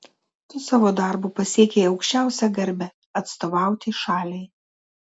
tu savo darbu pasiekei aukščiausią garbę atstovauti šaliai